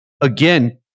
Again